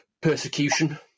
persecution